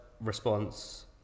response